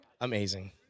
Amazing